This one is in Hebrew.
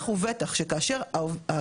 ואני לא מדברת על כספים שנוכו עכשיו כן,